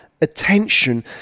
attention